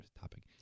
topic